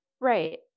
right